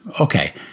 Okay